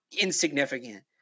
insignificant